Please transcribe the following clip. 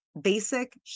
basic